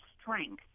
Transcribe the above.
strength